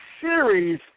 series